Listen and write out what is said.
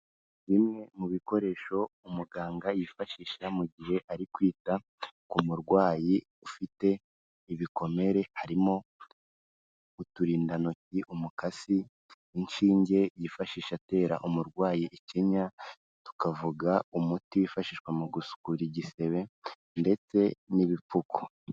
Bimwe mu bikoresho umuganga yifashisha mu gihe ari kwita ku murwayi ufite ibikomere harimo uturindantoki umukasi inshinge yifashisha atera umurwayi ikinya tukavuga umuti wifashishwa mu gusukura igisebe ndetse n'ibipfuko.